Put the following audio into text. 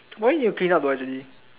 why need to clean up though actually